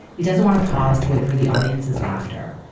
it doesn't want to pause to wait for the audience's laughter.